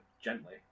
gently